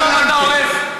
גם דבר כזה אתה הורס?